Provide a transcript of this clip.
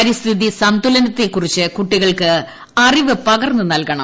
പരിസ്ഥിതി സന്തുലനത്തെക്കുറിച്ച് കുട്ടികൾക്ക് അറിവ് പകർന്ന് നൽകണം